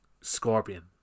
Scorpion